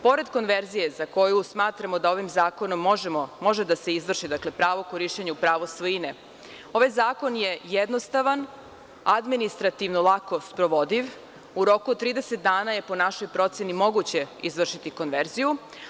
Pored konverzije za koju smatramo da ovim zakonom može da se izvrši pravo korišćenja, pravo svojine, ovaj zakon je jednostavan, administrativno lako sprovodiv, u roku od 30 dana je, po našoj proceni, moguće izvršiti konverziju.